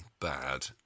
bad